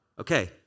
Okay